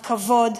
הכבוד,